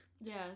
yes